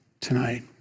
tonight